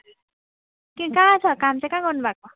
कहाँ छ काम चाहिँ कहाँ गर्नुभएको छ